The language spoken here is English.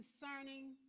concerning